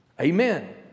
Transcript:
Amen